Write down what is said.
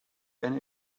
and